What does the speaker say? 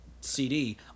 CD